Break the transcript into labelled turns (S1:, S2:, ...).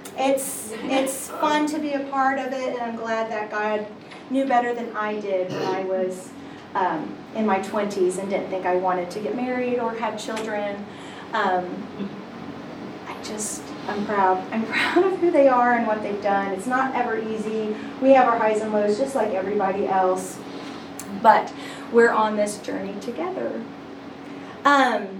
S1: It's- it's fun to be a part of it, and I'm glad that God knew better than I did when I was, um, in my 20s and didn't think I wanted to get married or have children. Um, I just- I'm proud- I'm proud of who they are and what they've done. It's not ever easy. We have our highs and lows, just like everybody else, but we're on this journey together. Um,